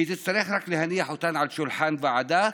היא תצטרך רק להניח אותן על שולחן ועדה,